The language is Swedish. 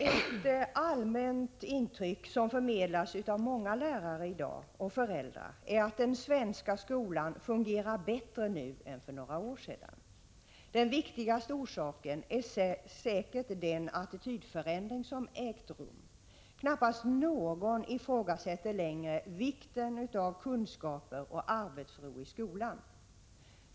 Ett allmänt intryck som förmedlas av många lärare och föräldrar är att den svenska skolan i dag fungerar bättre nu än för några år sedan. Den viktigaste orsaken är säkert den attitydförändring som ägt rum — knappast någon ifrågasätter längre vikten av kunskaper och arbetsro i skolan.